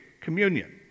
communion